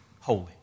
holy